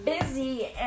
busy